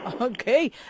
okay